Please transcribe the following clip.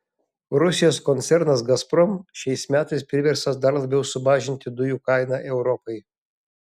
rusijos koncernas gazprom šiais metais priverstas dar labiau sumažinti dujų kainą europai